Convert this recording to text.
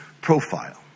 profile